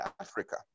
Africa